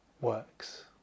works